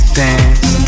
dance